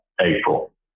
April